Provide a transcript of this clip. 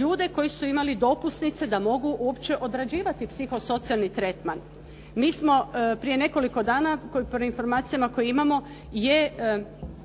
ljude koji su imali dopusnice da mogu uopće odrađivati psihosocijalni tretman. Mi smo prije nekoliko dana, prema informacijama koje imamo